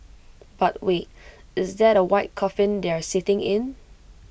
but wait is that A white coffin they are sitting in